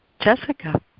Jessica